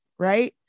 Right